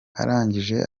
arangije